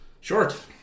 short